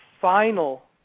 final